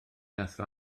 athro